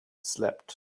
slept